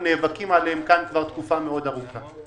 נאבקים עליהם כאן כבר תקופה מאוד ארוכה.